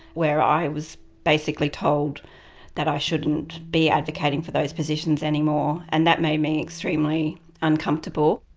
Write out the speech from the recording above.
where i was basically told that i shouldn't be advocating for those positions anymore. and that made me extremely uncomfortable.